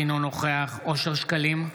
אינו נוכח אושר שקלים,